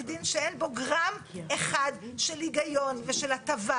שדין שאין בו גרם אחד של הגיון ושל הטבה,